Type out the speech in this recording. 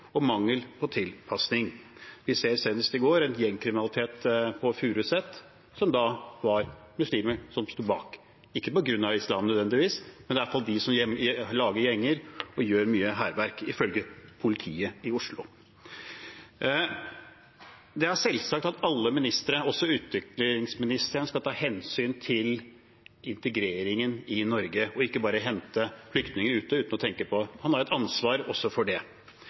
og mangel på tilpasning. Vi så senest i går gjengkriminalitet på Furuset, som det var muslimer som sto bak – ikke nødvendigvis på grunn av islam, men det er i hvert fall de som lager gjenger og gjør mye hærverk, ifølge politiet i Oslo. Det er selvsagt at alle ministre, også utviklingsministeren, skal ta hensyn til integreringen i Norge og ikke bare hente flyktninger ute uten å tenke på at man har et ansvar også for det.